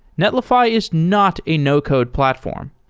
netlify is not a no-code platform,